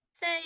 Say